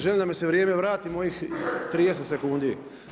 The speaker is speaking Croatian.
Želim da mi se vrijeme vrati mojih 30 sekundi.